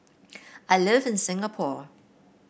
I live in Singapore